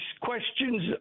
questions